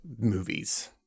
Movies